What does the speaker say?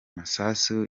masasu